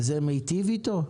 זה מיטיב איתו?